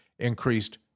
increased